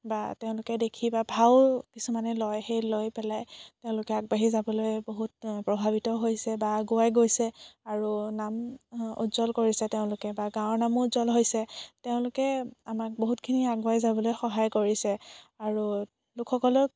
বা তেওঁলোকে দেখি বা ভাও কিছুমানে লয় সেই লৈ পেলাই তেওঁলোকে আগবাঢ়ি যাবলৈ বহুত প্ৰভাৱিত হৈছে বা আগুৱাই গৈছে আৰু নাম উজ্জ্বল কৰিছে তেওঁলোকে বা গাঁৱৰ নামো উজ্জ্বল হৈছে তেওঁলোকে আমাক বহুতখিনি আগুৱাই যাবলৈ সহায় কৰিছে আৰু লোকসকলক